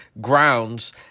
grounds